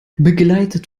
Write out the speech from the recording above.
begleitet